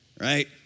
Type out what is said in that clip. Right